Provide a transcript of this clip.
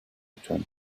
return